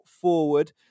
forward